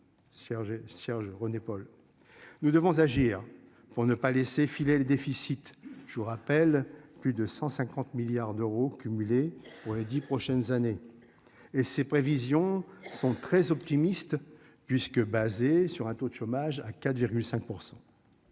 Serge René-Paul. Nous devons agir pour ne pas laisser filer les déficits. Je vous rappelle, plus de 150 milliards d'euros cumulés. Pour les 10 prochaines années. Et ces prévisions sont très optimistes puisque basé sur un taux de chômage à 4,5%.